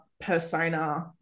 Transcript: persona